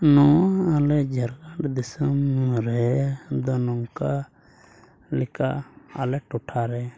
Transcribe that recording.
ᱱᱚᱣᱟ ᱟᱞᱮ ᱡᱷᱟᱲᱠᱷᱚᱸᱰ ᱫᱤᱥᱚᱢ ᱨᱮ ᱟᱫᱚ ᱱᱚᱝᱠᱟ ᱞᱮᱠᱟ ᱟᱞᱮ ᱴᱚᱴᱷᱟ ᱨᱮ